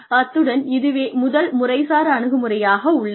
அத்துடன் இதுவே முதல் முறைசார் அணுகுமுறையாக உள்ளது